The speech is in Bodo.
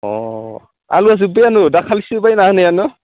अ आलुआ जोबबायानो दाखालिसो बायना होनायानो